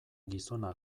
gizona